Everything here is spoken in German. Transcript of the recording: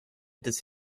des